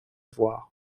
voir